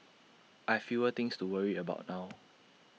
I fewer things to worry about now